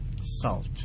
salt